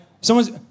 someone's